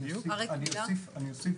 אני אוסיף